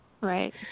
Right